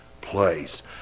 place